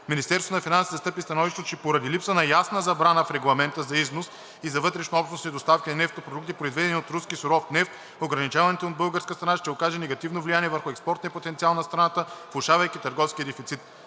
Министерство на финансите застъпи становището, че поради липсата на ясна забрана в регламента за износ и за вътреобщностни доставки на нефтопродукти, произведени от руски суров нефт, ограничаването им от българска страна ще окаже негативно влияние върху експортния потенциал на страната, влошавайки търговския дефицит.